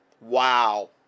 Wow